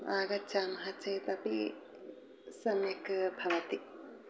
आगच्छामः चेत् अपि सम्यक् भवति